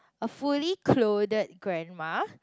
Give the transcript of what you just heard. a fully clothed grandma